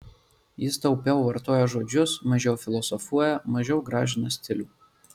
jis taupiau vartoja žodžius mažiau filosofuoja mažiau gražina stilių